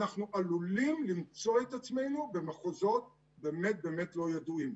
אנחנו עלולים למצוא את עצמנו במחוזות באמת באמת לא ידועים.